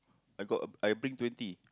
I got a I bring twenty